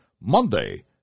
Monday